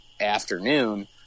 afternoon